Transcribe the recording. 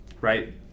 Right